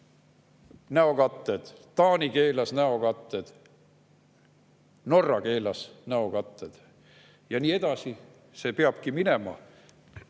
näokatted, Taani keelas näokatted, Norra keelas näokatted. Ja nii peabki see edasi minema